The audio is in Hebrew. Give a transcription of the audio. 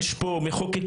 יש פה מחוקקים,